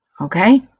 okay